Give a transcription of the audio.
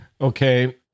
Okay